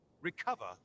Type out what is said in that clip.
recover